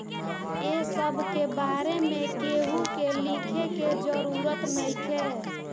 ए सब के बारे में केहू के लिखे के जरूरत नइखे